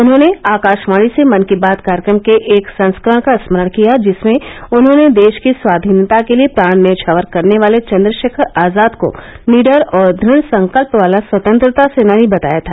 उन्होंने आकाशवाणी से मन की बात कार्यक्रम के एक संस्करण का स्मरण किया जिसमें उन्होंने देश की स्वाधीनता के लिए प्राण न्यौछावर करने वाले चन्द्रशेखर आजाद को निडर और दृढ संकल्प वाला स्वतंत्रता सेनानी बताया था